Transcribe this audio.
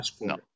no